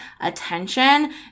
attention